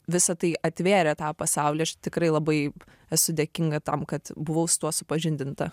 visa tai atvėrė tą pasaulį aš tikrai labai esu dėkinga tam kad buvau su tuo supažindinta